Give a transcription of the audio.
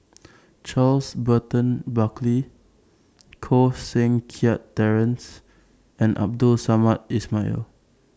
Charles Burton Buckley Koh Seng Kiat Terence and Abdul Samad Ismail